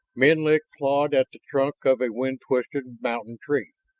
menlik clawed at the trunk of a wind-twisted mountain tree,